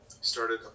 started